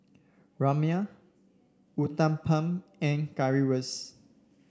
Rajma Uthapam and Currywurst